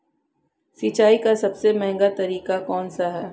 सिंचाई का सबसे महंगा तरीका कौन सा है?